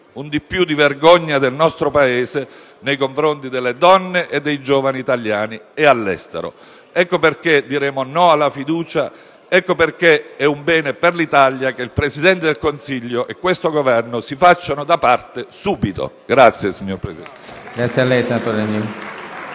in più per il nostro Paese nei confronti delle donne e dei giovani italiani e all'estero. Ecco perché diremo no alla fiducia ed ecco perché è un bene per l'Italia che il Presidente del Consiglio e questo Governo si facciano da parte subito. *(Applausi dai